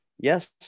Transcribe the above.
Yes